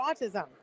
autism